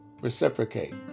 reciprocate